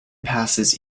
passes